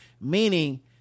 meaning